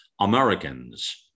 Americans